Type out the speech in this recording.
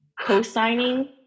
co-signing